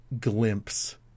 glimpse